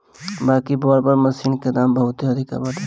बाकि बड़ बड़ मशीन के दाम बहुते अधिका बाटे